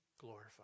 glorified